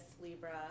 Libra